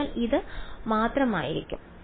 അതിനാൽ ഇത് മാത്രമായിരിക്കും